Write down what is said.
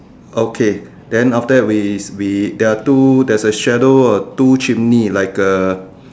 okay then after that we we there are two there's a shadow of two chimney like a